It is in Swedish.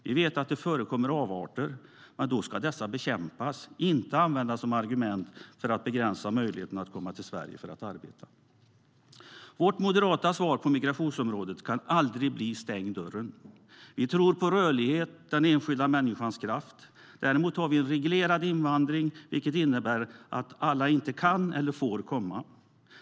Vi vet att det förekommer avarter, men då ska dessa bekämpas, inte användas som ett argument för att begränsa möjligheten att komma till Sverige för att arbeta. Vårt moderata svar på migrationsområdet kan aldrig bli "stäng dörren". Vi tror på rörlighet och den enskilda människans kraft. Däremot har vi en reglerad invandring, vilket innebär att inte alla kan eller får komma.